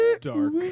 Dark